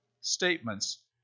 statements